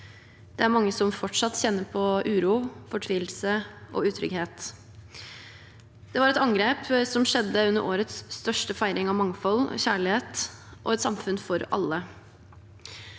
Det er mange som fortsatt kjenner på uro, fortvilelse og utrygghet. Det var et angrep som skjedde under årets største feiring av mangfold, kjærlighet og et samfunn for alle.